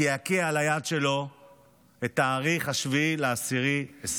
קעקע על היד שלו את התאריך 7 באוקטובר 2023,